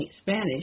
Spanish